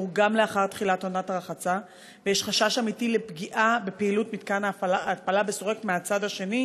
שנתיים וחצי לאחר מבצע "צוק איתן",